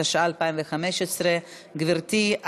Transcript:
התשע"ה 2015. גברתי,